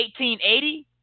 1880